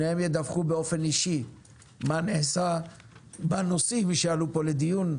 שניהם ידווחו באופן אישי מה נעשה בנושאים שעלו פה לדיון.